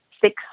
six